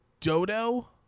dodo